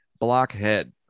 Blockhead